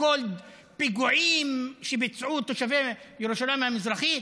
פיגועים שביצעו תושבי ירושלים המזרחית,